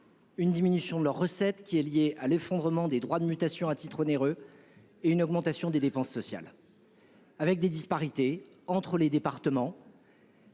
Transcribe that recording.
La diminution de leurs recettes, liée à l’effondrement des droits de mutation à titre onéreux, se conjugue à l’augmentation des dépenses sociales. Il y a des disparités entre les départements,